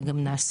זה גם נעשה,